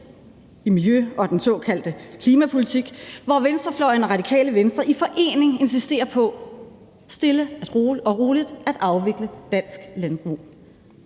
til miljø og den såkaldte klimapolitik, hvor venstrefløjen og Radikale Venstre i forening insisterer på stille og roligt at afvikle dansk landbrug.